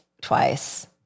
twice